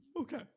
okay